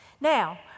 Now